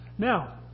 Now